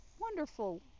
wonderful